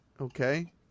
Okay